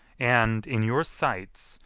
and, in your sights,